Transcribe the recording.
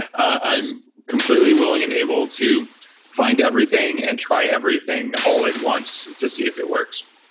i'm completely willing and able to find everything and try everything all at once to see if it works.